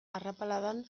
arrapaladan